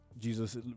Jesus